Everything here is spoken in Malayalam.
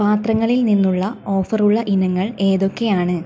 പാത്രങ്ങളിൽ നിന്നുള്ള ഓഫർ ഉള്ള ഇനങ്ങൾ ഏതൊക്കെയാണ്